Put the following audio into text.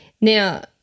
Now